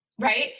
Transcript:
right